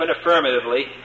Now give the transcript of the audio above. affirmatively